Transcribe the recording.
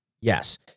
Yes